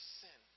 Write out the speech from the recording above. sin